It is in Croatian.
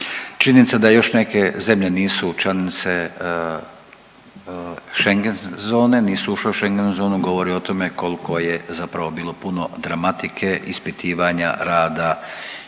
Činjenice da još neke zemlje nisu članice Schengen zone, nisu ušle u Schengen zonu, govori o tome koliko je zapravo bilo puno dramatike, ispitivanja, rada